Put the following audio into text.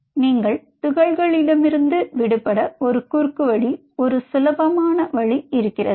நீங்கள் துகள்களிலிருந்து விடுபட ஒரு குறுக்குவழி ஒரு சுலபமான வழி இருக்கிறது